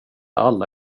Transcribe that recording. alla